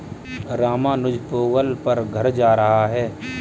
रामानुज पोंगल पर घर जा रहा है